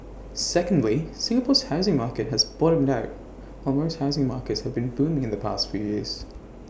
secondly Singapore's housing market has bottomed out while most housing markets have been booming in the past few years